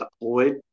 deployed